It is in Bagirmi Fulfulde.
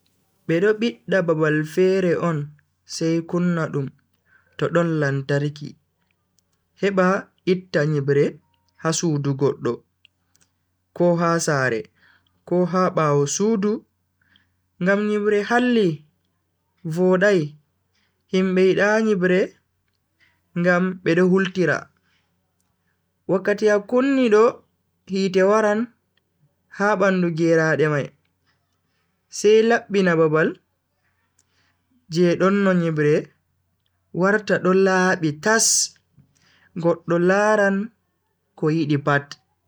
Bedo biddi babal fere on sai kunna dum to don lartarki heba itta nyibre ha sudu goddo, ko ha sare, ko ha bawo sudu ngam nyibre halli vodai himbe yida nyibre ngam be do hultira. wakkati a kunni do hite waran ha bandu geraade mai sai labbina babal je don no nyibbi warta do laabi tas goddo laran ko yidi pat.